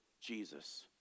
Jesus